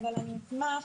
אני אשמח,